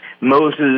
Moses